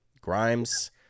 Grimes